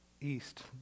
east